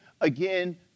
again